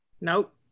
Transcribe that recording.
nope